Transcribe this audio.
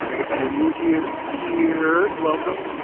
if you're new here you're welcome.